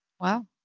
Wow